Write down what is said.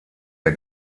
der